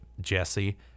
Jesse